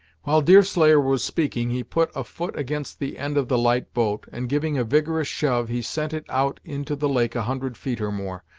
while deerslayer was speaking, he put a foot against the end of the light boat, and giving a vigorous shove, he sent it out into the lake a hundred feet or more,